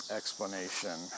explanation